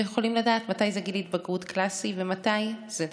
ויכולים לדעת מתי זה גיל התבגרות קלאסי ומתי זה דחוף.